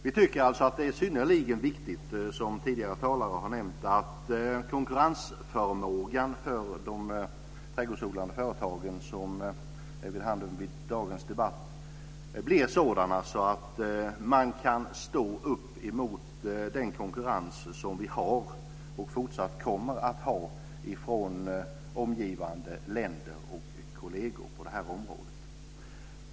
Vi tycker alltså att det är synnerligen viktigt, som tidigare talare har nämnt, att de trädgårdsodlande företagens konkurrensförmåga, som är vid handen vid dagens debatt, blir sådan att de kan stå emot den konkurrens som de har och fortsatt kommer att ha från omgivande länder och kolleger på det här området.